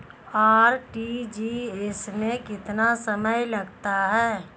RTGS में कितना समय लगता है?